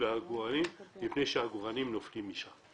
ועגורנאים מפני שעגורנאים נופלים משם,